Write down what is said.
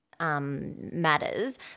Matters